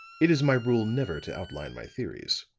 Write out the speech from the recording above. it is my rule never to outline my theories.